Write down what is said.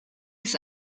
his